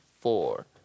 four